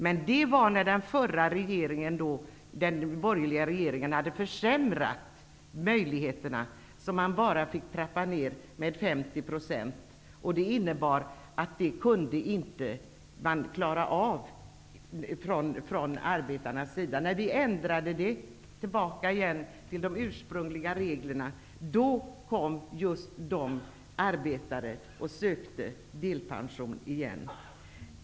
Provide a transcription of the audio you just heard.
Men det var när den förra borgerliga regeringen hade försämrat möjligheterna, så att man bara fick trappa ned med 50 %. Det kunde arbetarna inte klara. När vi ändrade tillbaka till de ursprungliga reglerna kom just arbetarna och sökte delpension igen.